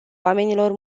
oamenilor